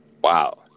wow